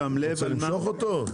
אתה רוצה למשוך אותו?